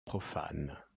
profanes